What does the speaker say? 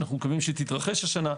שאנו מקווים שתתרחש השנה,